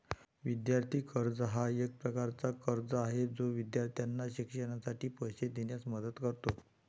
विद्यार्थी कर्ज हा एक प्रकारचा कर्ज आहे जो विद्यार्थ्यांना शिक्षणासाठी पैसे देण्यास मदत करतो